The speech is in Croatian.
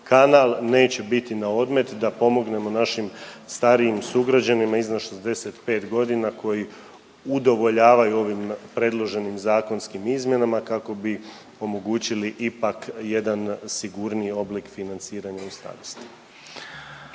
neće biti na odmet da pomognemo našim starijim sugrađanima iznad 65 godina koji udovoljavaju ovim predloženim zakonskim izmjenama kako bi omogućili ipak jedan sigurniji oblik financiranja u starosti.